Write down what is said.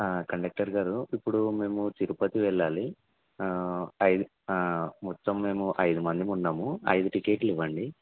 conductor గారు ఇప్పుడు మేము తిరుపతి వెళ్ళాలి ఐదు మొత్తం మేము ఐదు మంది ఉన్నాము ఐదు టికెట్లు ఇవ్వండి